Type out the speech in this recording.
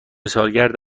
سالگرد